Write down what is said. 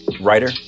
writer